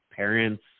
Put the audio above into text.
parents